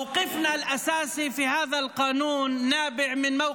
העמדה העיקרית שלנו בנוגע